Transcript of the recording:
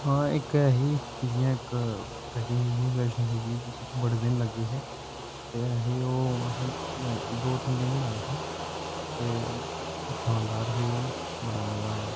हां इक ऐ ही जियां इक वैष्णो देवी पिच्छे बड़े दिन लग्गे हे ते अहें ओह् अहें दो तिन दिन लाए हे ते शानदार ही ओह् बड़ा मजा आया